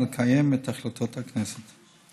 ולקיים את החלטות הכנסת.